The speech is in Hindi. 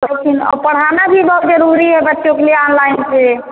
तो फिर और पढ़ाना भी बहुत ज़रूरी है बच्चों के लिए ऑनलाइन से